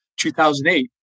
2008